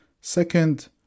Second